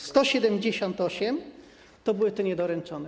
178 to były te niedoręczone.